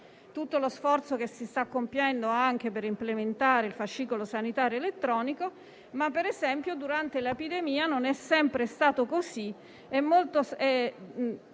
allo sforzo che si sta compiendo per implementare il Fascicolo sanitario elettronico, anche se durante l'epidemia non è sempre stato così.